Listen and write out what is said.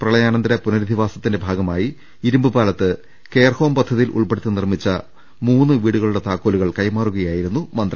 പ്രളയാനന്തര പുനരധിവാസത്തിന്റെ ഭാഗമായി ഇരുമ്പുപാലത്ത് കെയർ ഹോം പദ്ധതിയിൽ ഉൾപ്പെടുത്തി നിർമ്മിച്ച മൂന്ന് വീടുക ളുടെ താക്കോലുകൾ കൈമാറുകയായിരുന്നു മന്ത്രി